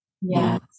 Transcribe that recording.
Yes